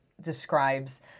describes